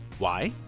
why?